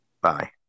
bye